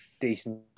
decent